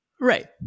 Right